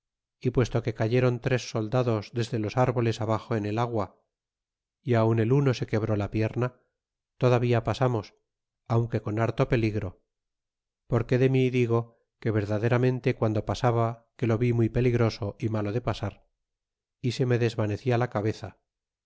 y puesto que cayeron tres soldados desde los árboles abaxo en el agua y aun el uno se quebró la pierna todavía pasamos aunque con harto peligro porque de mí digo que verdaderamente guando pasaba que lo vi muy peligroso é malo de pasar y se me desvanecia la cabeza